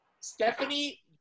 Stephanie